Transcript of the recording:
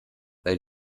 weil